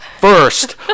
first